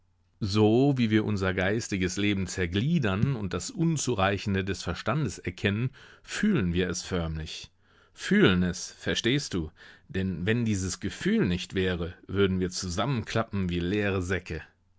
so wie wir unser geistiges leben zergliedern und das unzureichende des verstandes erkennen fühlen wir es förmlich fühlen es verstehst du denn wenn dieses gefühl nicht wäre würden wir zusammenklappen wie leere säcke